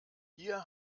hier